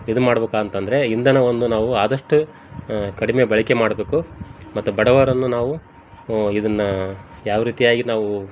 ಇದು ಮಾಡ್ಬೇಕು ಅಂತಂದರೆ ಇಂಧನವನ್ನು ನಾವು ಆದಷ್ಟು ಕಡಿಮೆ ಬಳಕೆ ಮಾಡಬೇಕು ಮತ್ತು ಬಡವರನ್ನು ನಾವು ಇದನ್ನು ಯಾವ ರೀತಿಯಾಗಿ ನಾವು